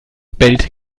bellt